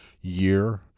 year